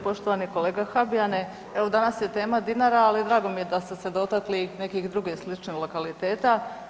Poštovani kolega Habijane, evo danas je tema Dinara, ali drago mi je da ste se dotakli i nekih drugih sličnih lokaliteta.